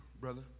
brother